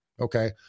okay